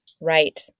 Right